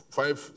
five